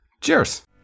Cheers